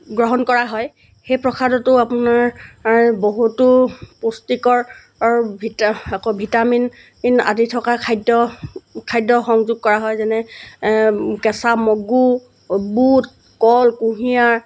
গ্ৰহণ কৰা হয় সেই প্ৰসাদটো আপোনাৰ বহুতো পুষ্টিকৰ ভিটামিন আদি থকা খাদ্য খাদ্য সংযোগ কৰা হয় যেনে কেঁচা মগু বুট কল কুঁহিয়াৰ